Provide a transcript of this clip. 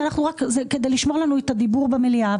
זה כדי לשמור לנו את הדיבור במליאה.